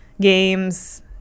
games